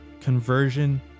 Conversion